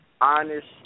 honest